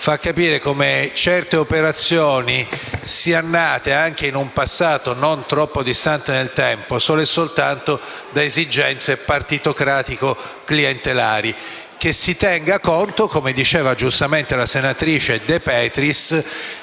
fa capire come certe operazioni siano nate, anche in un passato non troppo distante nel tempo, solo e soltanto da esigenze partitocratico-clientelari. Che si tenga conto, come giustamente diceva la senatrice De Petris,